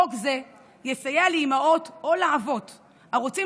חוק זה יסייע לאימהות או לאבות הרוצים